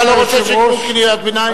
אתה לא רוצה שיקראו קריאת ביניים?